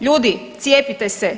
Ljudi cijepite se.